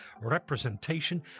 representation